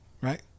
Right